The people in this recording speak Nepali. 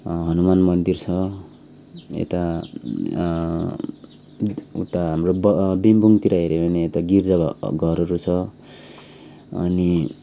हनुमान मन्दिर छ यता उता हाम्रो ब बिमबुङतिर हेऱ्यो भने यता गिर्जाघरहरू छ अनि